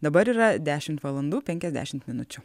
dabar yra dešimt valandų penkiasdešimt minučių